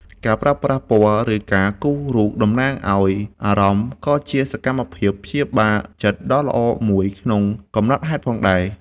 ការប្រើប្រាស់ពណ៌ ឬការគូររូបតំណាងឱ្យអារម្មណ៍ ក៏ជាសកម្មភាពព្យាបាលចិត្តដ៏ល្អមួយក្នុងកំណត់ហេតុផងដែរ។